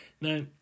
now